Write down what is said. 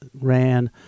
ran